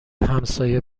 همسایه